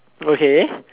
okay